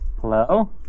Hello